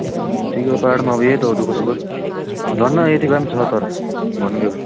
ठिकै हो पहाडमा अब यही त हो दुःख सुख अब धन्न यति काम छ तर भन्नु हो भने